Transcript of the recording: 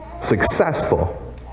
successful